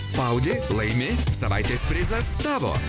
spaudi laimi savaitės prizas tavo